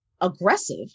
aggressive